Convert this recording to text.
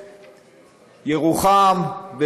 ירוחם,